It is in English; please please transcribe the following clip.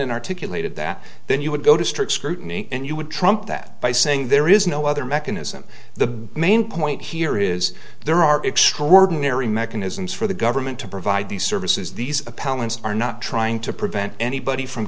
and articulated that then you would go to strict scrutiny and you would trump that by saying there is no other mechanism the main point here is there are extraordinary mechanisms for the government to provide these services these appellants are not trying to prevent anybody from